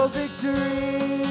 victory